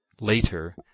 Later